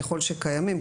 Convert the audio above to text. ככל שקיימים,